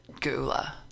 gula